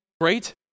great